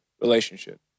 relationship